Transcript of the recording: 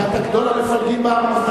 שאתה גדול המפלגים בעם.